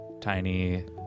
tiny